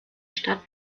stadt